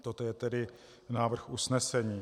Toto je tedy návrh usnesení.